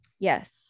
Yes